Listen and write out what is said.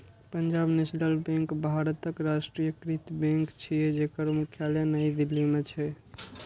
Punjab National Bank भारतक राष्ट्रीयकृत bank छियै, जेकर मुख्यालय नई दिल्ली मे छै